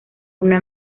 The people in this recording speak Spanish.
una